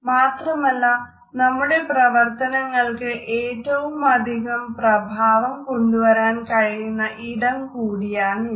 മാത്രമല്ല നമ്മുടെ പ്രവർത്തനങ്ങൾക്ക് ഏറ്റവുമധികം പ്രഭാവം കൊണ്ടുവരുവാൻ കഴിയുന്ന ഇടം കൂടിയാണിത്